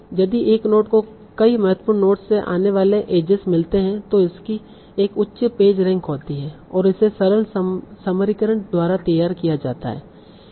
यदि एक नोड को कई महत्वपूर्ण नोड्स से आने वाले एजेस मिलते हैं तो इसकी एक उच्च पेज रैंक होती है और इसे सरल समीकरण द्वारा तैयार किया जाता है